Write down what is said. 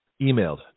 emailed